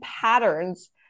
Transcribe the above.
patterns